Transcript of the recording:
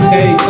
Hey